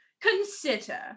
Consider